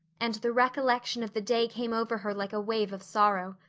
and the recollection of the day came over her like a wave of sorrow.